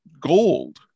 gold